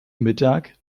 mittag